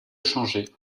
changé